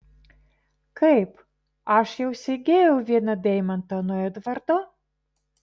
kaip aš jau segėjau vieną deimantą nuo edvardo